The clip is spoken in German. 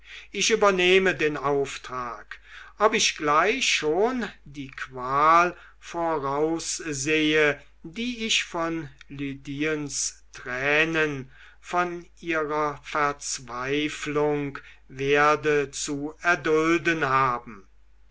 ich übernehme den auftrag ob ich gleich schon die qual voraussehe die ich von lydiens tränen von ihrer verzweiflung werde zu erdulden haben